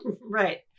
Right